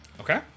Okay